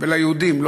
לא